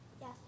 Yes